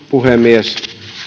puhemies